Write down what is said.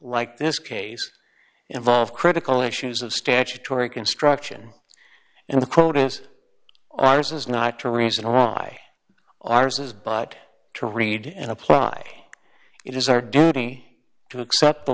like this case involved critical issues of statutory construction and the quote is ours is not to reason why ours is but to read and apply it is our duty to accept the